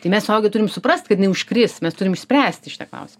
tai mes suaugę turim suprast kad jinai užkris mes turim išspręst šitą klausimą